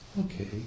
Okay